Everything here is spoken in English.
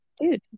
dude